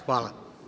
Hvala.